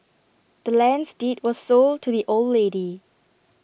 the land's deed was sold to the old lady